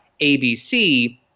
ABC